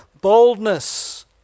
boldness